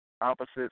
opposites